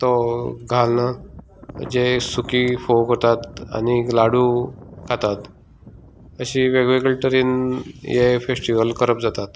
तो घालून जे सुके फोव करतात आनी लाडू खातात अशे वेगवेगळे तरेन हे फेस्टीवल करप जातात